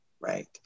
right